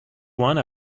one